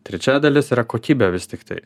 trečia dalis yra kokybė vis tiktai